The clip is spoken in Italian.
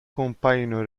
compaiono